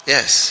Yes